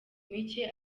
mike